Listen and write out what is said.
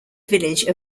village